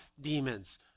demons